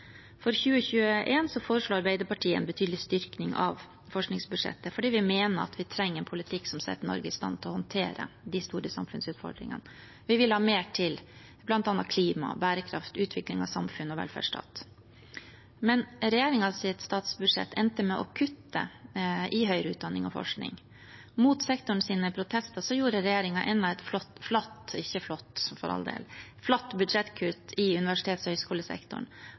Arbeiderpartiet en betydelig styrking av forskningsbudsjettet fordi vi mener at vi trenger en politikk som setter Norge i stand til å håndtere de store samfunnsutfordringene. Vi vil ha mer til bl.a. klima, bærekraft, utvikling av samfunn og velferdsstat. Men regjeringens statsbudsjett endte med å kutte i høyere utdanning og forskning. Mot sektorens protester gjorde regjeringen enda et flatt budsjettkutt i universitets- og høyskolesektoren, og de kvesset den såkalte ABE-høvelen i